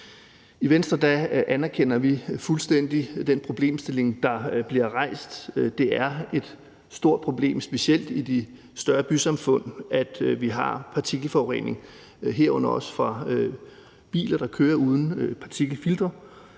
I Venstre anerkender vi fuldstændig den problemstilling, der bliver rejst. Det er et stort problem specielt i de større bysamfund, at vi har partikelforurening, herunder også fra biler, der kører uden partikelfiltre.